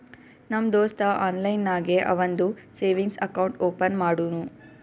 ನಮ್ ದೋಸ್ತ ಆನ್ಲೈನ್ ನಾಗೆ ಅವಂದು ಸೇವಿಂಗ್ಸ್ ಅಕೌಂಟ್ ಓಪನ್ ಮಾಡುನೂ